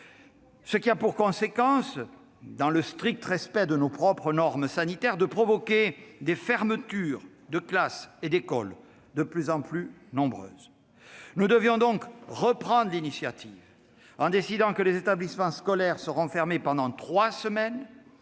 ce qui a pour conséquence, dans le strict respect de nos propres normes sanitaires, de provoquer des fermetures de classes et d'écoles de plus en plus nombreuses. Nous devions donc reprendre l'initiative, en décidant que les établissements scolaires seront fermés pendant trois semaines,